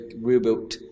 rebuilt